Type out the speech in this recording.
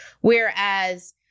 Whereas